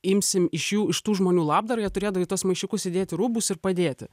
imsim iš jų iš tų žmonių labdarą jie turėdavo į tuos maišiukus įdėti rūbus ir padėti